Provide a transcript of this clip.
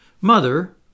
Mother